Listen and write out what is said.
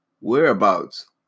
whereabouts